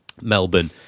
Melbourne